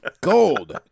Gold